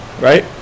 Right